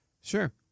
Sure